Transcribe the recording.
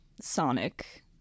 sonic